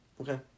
Okay